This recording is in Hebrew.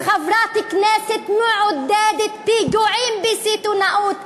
אמר שחברת כנסת מעודדת פיגועים בסיטונאות.